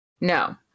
No